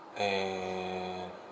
and